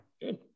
Good